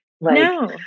No